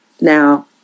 Now